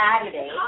Saturday